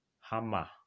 hammer